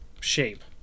shape